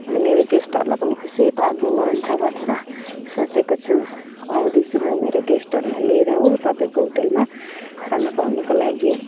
अनि मेरो गेस्टहरूलाई पनि खुसी पारिदिनु हुन्छ भनेर सोचेको छु आउँदैछु म मेरो गेस्टहरूलाई लिएर हो तपाईँको होटेलमा खाना खुवाउनुको लागि